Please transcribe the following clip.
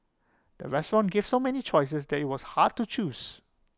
the restaurant gave so many choices that IT was hard to choose